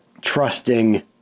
trusting